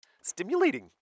Stimulating